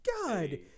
God